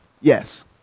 yes